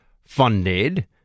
funded